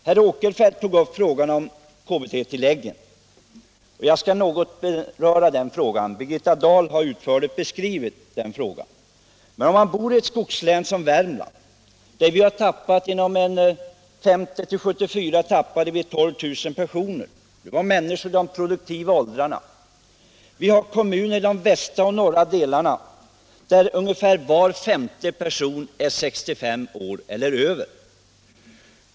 Herr Åkerfeldt tog upp frågan om KBT-tillägg, och även jag skall något beröra detta spörsmål, som utförligt har beskrivits av Birgitta Dahl. Jag bor i ett skogslän, Värmland, som drabbats av en befolkningsminskning under perioden 1950-1974 på 12 000 personer, människor som befann sig i produktiv ålder. I vissa kommuner i de västra och norra delarna är ungefär var femte person 65 år eller däröver.